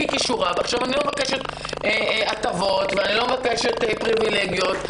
אני לא מבקשת הטבות ואני לא מבקשת פריווילגיות.